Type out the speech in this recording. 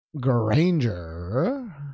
granger